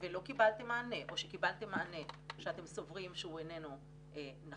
ולא קיבלתם מענה או שקיבלתם מענה שאתם סוברים שהוא איננו נכון,